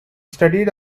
studied